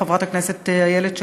חברת הכנסת איילת שקד,